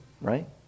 right